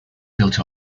built